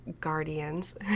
guardians